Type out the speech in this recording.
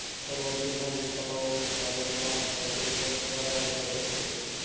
सर्वाधिक भाजीपाला उत्पादन भारतातील कोणत्या राज्यात होते?